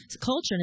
culture